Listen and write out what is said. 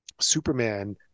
Superman